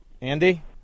Andy